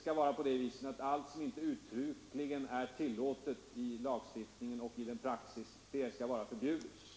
skall vara på det viset att allt som inte uttryckligen är tillåtet i lagstiftning och i praxis skall vara förbjudet.